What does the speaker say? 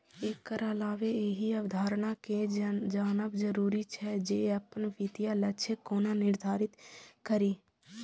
एकर अलावे एहि अवधारणा कें जानब जरूरी छै, जे अपन वित्तीय लक्ष्य कोना निर्धारित करी